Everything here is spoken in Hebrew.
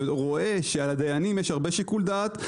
רואה שלדיינים יש הרבה שיקול דעת.